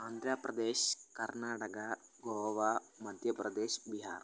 Andhra Pradesh Karnataka Goa Madhya Pradesh Bihar